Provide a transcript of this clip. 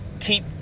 keep